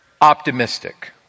optimistic